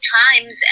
times